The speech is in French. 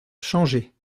changé